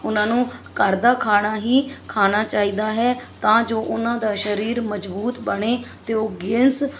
ਉਹਨਾਂ ਨੂੰ ਘਰ ਦਾ ਖਾਣਾ ਹੀ ਖਾਣਾ ਚਾਹੀਦਾ ਹੈ ਤਾਂ ਜੋ ਉਹਨਾਂ ਦਾ ਸਰੀਰ ਮਜ਼ਬੂਤ ਬਣੇ ਅਤੇ ਉਹ ਗੇਮਸ